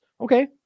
Okay